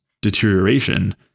deterioration